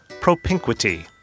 Propinquity